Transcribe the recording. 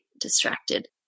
distracted